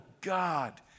God